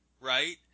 right